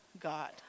God